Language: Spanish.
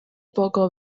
poco